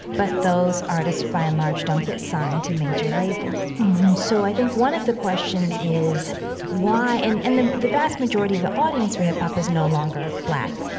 but those artists, by and large, don't get signed to major labels mm-hmm so i think one of the questions is why and and the the vast majority of the audience for hip hop is no longer black.